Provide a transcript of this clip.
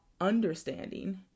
understanding